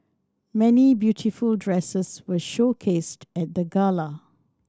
many beautiful dresses were showcased at the gala